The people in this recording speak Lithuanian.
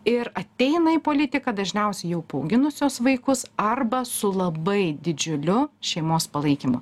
ir ateina į politiką dažniausiai jau paauginusios vaikus arba su labai didžiuliu šeimos palaikymu